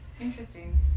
Interesting